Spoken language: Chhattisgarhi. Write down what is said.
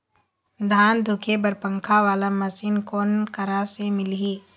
धान धुके बर पंखा वाला मशीन कोन करा से मिलही?